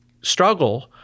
struggle